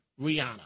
Rihanna